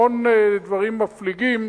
המון דברים מפליגים,